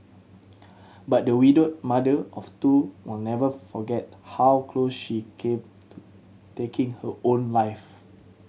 but the widowed mother of two will never forget how close she came to taking her own life